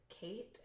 Kate